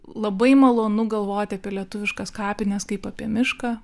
labai malonu galvoti apie lietuviškas kapines kaip apie mišką